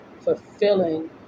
fulfilling